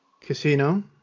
Casino